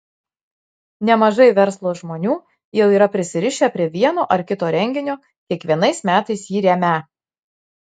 nemažai verslo žmonių jau yra prisirišę prie vieno ar kito renginio kiekvienais metais jį remią